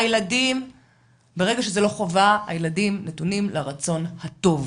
הילדים נתונים לרצון הטוב.